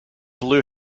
blew